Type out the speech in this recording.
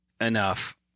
enough